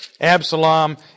Absalom